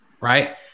Right